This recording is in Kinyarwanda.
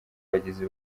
bagizi